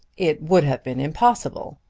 it would have been impossible.